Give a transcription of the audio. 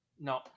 No